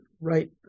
right